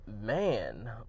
man